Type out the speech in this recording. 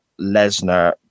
Lesnar –